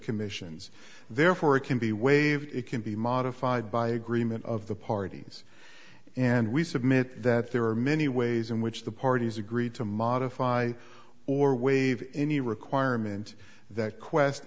commissions therefore it can be waived it can be modified by agreement of the parties and we submit that there are many ways in which the parties agreed to modify or waive any requirement that qwest